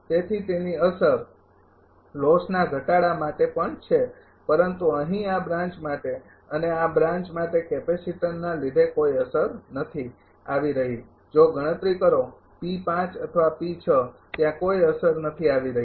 તેથી તેની અસર લોસના ઘટાડા માટે પણ છે પરંતુ અહીં આ બ્રાન્ચ માટે અને આ બ્રાન્ચ માટે કેપેસિટરના લીધે કોઈ અસર નથી આવી રહી જો ગણતરી કરો અથવા ત્યાં કોઈ અસર નથી આવી રહી